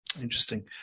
Interesting